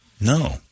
No